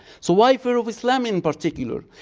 so why fear of islam in particular?